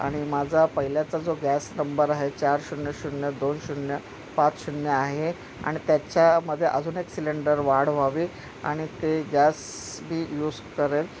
आणि माझा पहिल्याचा जो गॅस नंबर आहे चार शून्य शून्य दोन शून्य पाच शून्य आहे आणि त्याच्यामध्ये अजून एक सिलेंडर वाढ व्हावी आणि ते गॅस मी यूज करेन